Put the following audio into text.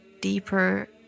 deeper